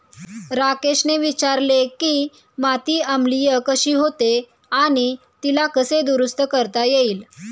राकेशने विचारले की माती आम्लीय कशी होते आणि तिला कसे दुरुस्त करता येईल?